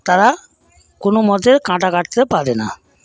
তারা কোনো মতে কাঁটা কাটতে পারে না